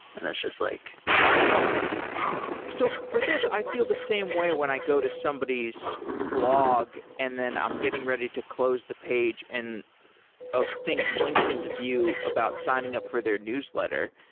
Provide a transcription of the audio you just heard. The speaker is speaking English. and that's just like annoying so for this, i feel the same way when i go to somebody's blog and then i'm getting ready to close the page and a thing blinks into view about signing up for their newsletter.